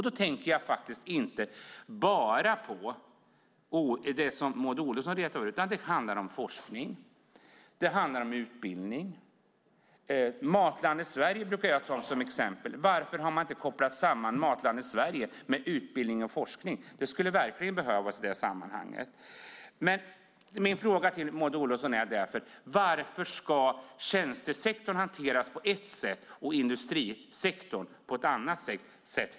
Då tänker jag inte bara på det som Maud Olofsson räknade upp, utan det handlar om forskning och utbildning. Matlandet Sverige brukar jag ta som exempel. Varför har man inte kopplat samman Matlandet Sverige med utbildning och forskning? Det skulle verkligen behövas i det sammanhanget. Min fråga till Maud Olofsson är därför: Varför ska tjänstesektorn hanteras på ett sätt och industrisektorn på ett annat?